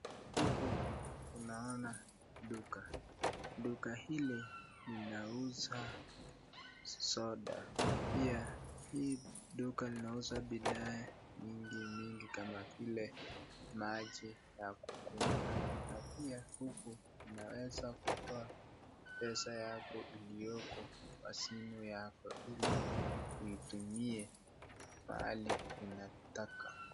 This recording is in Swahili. Huku tunaona duka, duka hili linauza soda pia hili duka linauza bidhaa mingi mingi kama vile maji ya kukunywa na pia huku unaweza kutoa pesa yako iliyoko kwa simu yako ili uitumie pahali unataka.